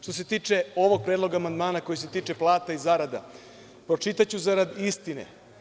Što se tiče ovog predloga amandmana koji se tiče plata i zarada, pročitaću zarad istine.